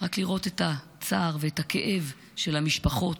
רק לראות את הצער ואת הכאב של המשפחות.